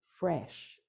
fresh